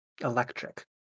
electric